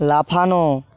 লাফানো